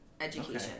education